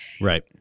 Right